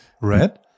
red